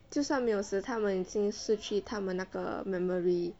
就算没有死他们已经失去他们那个 memory